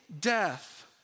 death